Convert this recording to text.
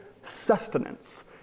sustenance